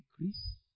increase